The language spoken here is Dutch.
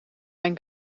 mijn